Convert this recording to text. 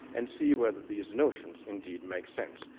and see whether these notions indeed make sense,